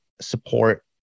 support